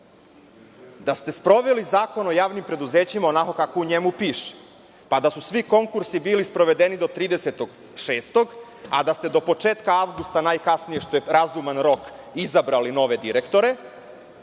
Da ste sproveli Zakon o javnim preduzećima onako kako u njemu piše pa da su svi konkursi bili sprovedeni do 30. juna, a da ste do početka avgusta najkasnije, što je razuman rok izabrali nove direktore,